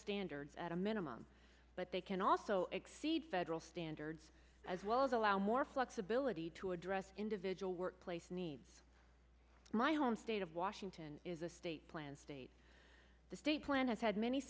standards at a minimum but they can also exceed federal standards as well as allow more flexibility to address individual workplace needs my home state of washington is a state plan state the state plan has had many